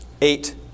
eight